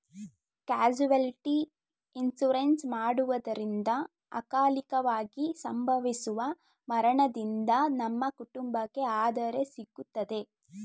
casualty insurance ಮಾಡಿಸುವುದರಿಂದ ಅಕಾಲಿಕವಾಗಿ ಸಂಭವಿಸುವ ಮರಣದಿಂದ ನಮ್ಮ ಕುಟುಂಬಕ್ಕೆ ಆದರೆ ಸಿಗುತ್ತದೆ